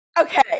okay